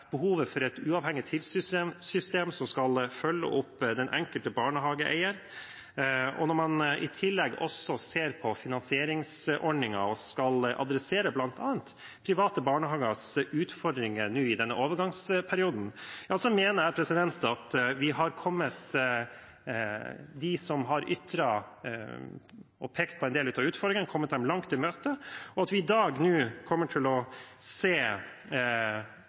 behovet for et uavhengig tilsynssystem som skal følge opp den enkelte barnehageeier, og når man i tillegg også ser på finansieringsordningen og skal adressere bl.a. private barnehagers utfordringer nå i denne overgangsperioden, mener jeg at vi har kommet dem som har ytret seg og pekt på en del av utfordringene, langt i møte, at vi nå kommer til å se at store grep tas der ute i sektoren, og at det blir bedringer. Vi kommer til å